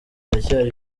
haracyari